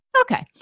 Okay